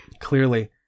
Clearly